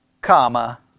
comma